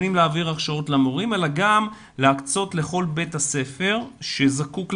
אלא גם להקצות לכל בית ספר שזקוק לכך,